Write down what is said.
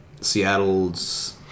Seattle's